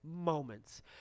moments